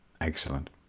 excellent